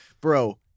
Bro